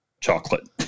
chocolate